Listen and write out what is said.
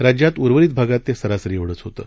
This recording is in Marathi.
राज्यात उर्वरित भागात ते सरासरीएवढचं होतं